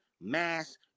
mass